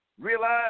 Realize